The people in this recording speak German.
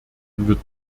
wird